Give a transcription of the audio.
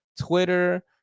twitter